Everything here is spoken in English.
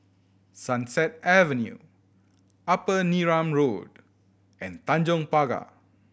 Sunset Avenue Upper Neram Road and Tanjong Pagar